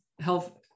health